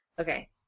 okay